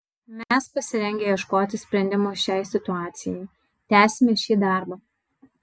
mes pasirengę ieškoti sprendimo šiai situacijai tęsime šį darbą